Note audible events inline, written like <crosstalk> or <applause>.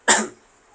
<coughs>